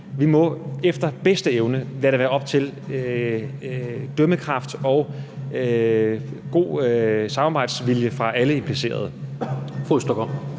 at vi efter bedste evne må lade det være op til dømmekraft og god samarbejdsvilje fra alle implicerede. Kl.